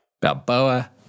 Balboa